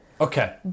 Okay